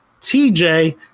TJ